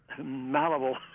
malleable